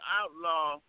outlaw